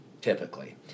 typically